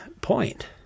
point